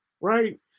Right